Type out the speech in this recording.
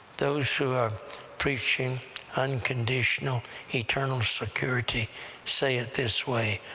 those who are preaching unconditional eternal security say it this way,